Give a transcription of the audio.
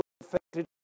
affected